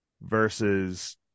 versus